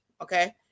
Okay